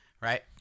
right